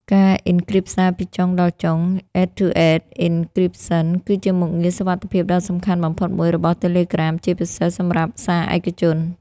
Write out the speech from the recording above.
ការអ៊ិនគ្រីបសារពីចុងដល់ចុង (end-to-end encryption) គឺជាមុខងារសុវត្ថិភាពដ៏សំខាន់បំផុតមួយរបស់ Telegram ជាពិសេសសម្រាប់ សារឯកជន។